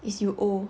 is you old